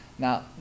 Now